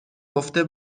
گفته